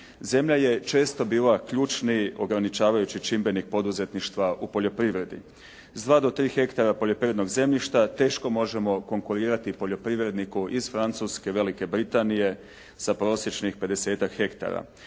Zemlja će često bila ključni ograničavajući čimbenik poduzetništva u poljoprivredi. S dva do tri hektara poljoprivrednog zemljišta teško možemo konkurirati poljoprivredniku iz Francuske, Velike Britanije sa prosječnih 50-tak hektara.